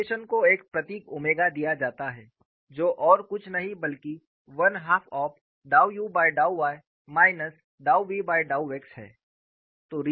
rotation को एक प्रतीक ओमेगा दिया जाता है जो और कुछ नहीं बल्कि 1 हाफ ऑफ़ डाउ u बाय डाउ y माइनस डाउ v बाय डाउ x है